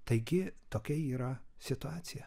taigi tokia yra situacija